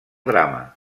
drama